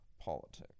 politics